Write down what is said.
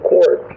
Court